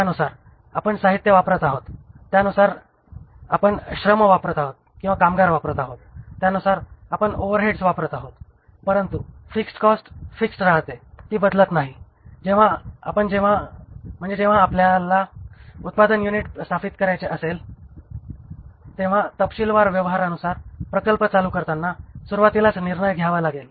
त्यानुसार आपण साहित्य वापरत आहोत त्यानुसार आहोत श्रम वापरत आहोत आणि त्यानुसार आपण ओव्हरहेड्स वापरत आहोत परंतु फिक्स्ड कॉस्ट फिक्स्ड राहते ती बदलत नाही म्हणजे जेव्हा आपल्याला उत्पादन युनिट स्थापित करायचे असेल तेव्हा तपशीलवार व्यवहारानुसार प्रकल्प चालू करताना सुरुवातीलाच निर्णय घ्यावा लागेल